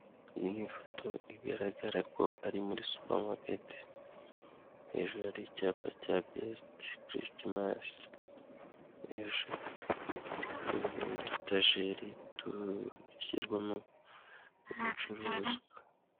Iyi ni ifoto igaragara ko ari muri supermarket, hejuru hari icyapa cya best christmas, hejuru hari kugaragaraho udutajeri dushyirwamo ibicuruzwa.